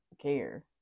care